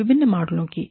विभिन्न मॉडलों की है